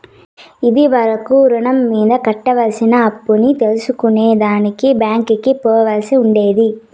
ఇది వరకు రుణం మీద కట్టాల్సిన అప్పుని తెల్సుకునే దానికి బ్యాంకికి పోవాల్సి ఉండేది